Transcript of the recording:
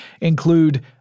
include